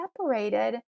separated